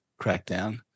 crackdown